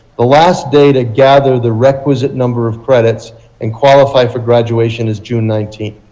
the last day to gather the requisite number of credits and qualify for graduation is june nineteen